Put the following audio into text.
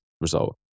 result